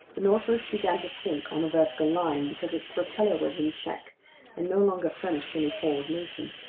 the nautilus began to sink on a vertical line, because its propeller was in check and no longer furnished any forward motion.